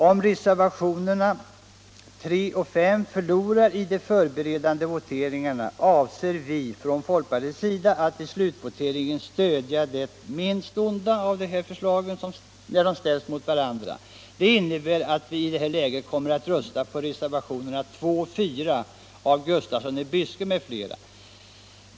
Om reservationerna 3 och 5 förlorar i de förberedande voteringarna avser vi från folkpartiets sida att i slutvoteringen stödja det minst ”onda” av de förslag som då ställs mot varandra. Det innebär att vi i det läget kommer att rösta på reservationerna 2 och 4 av herr Gustafsson i Byske m.fl.